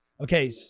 Okay